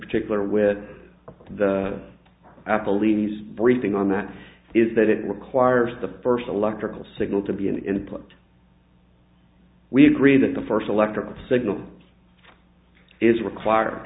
particular with the apple ease briefing on that is that it requires the first electrical signal to be an input we agree that the first electrical signal is required